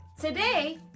Today